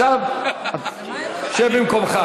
עכשיו שב במקומך.